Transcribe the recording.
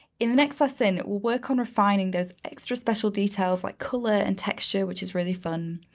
in the next lesson we'll work on refining those extra special details, like color and texture, which is really fun.